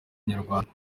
inyarwanda